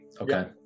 Okay